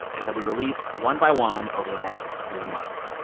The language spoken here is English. and they'll be released one by one over the next three months.